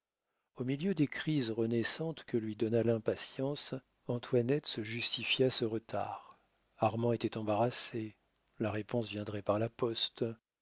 au milieu des crises renaissantes que lui donna l'impatience antoinette se justifia ce retard armand était embarrassé la réponse viendrait par la poste